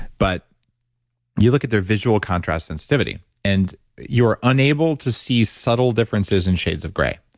but you look at their visual contrast sensitivity, and you're unable to see subtle differences in shades of gray.